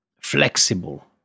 flexible